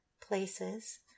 places